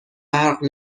برق